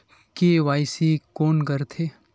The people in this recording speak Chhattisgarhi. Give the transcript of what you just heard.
के.वाई.सी कोन करथे?